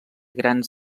grans